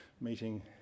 meeting